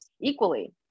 equally